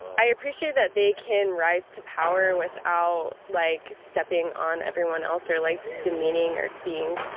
i appreciate that they can rise to power without like stepping on everyone else or like demeaning or being,